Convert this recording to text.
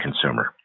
consumer